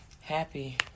happy